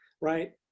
right